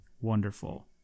Wonderful